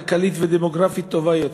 כלכלית ודמוגרפית טובה יותר,